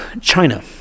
China